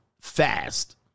fast